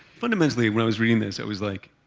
fundamentally, when i was reading this, i was like,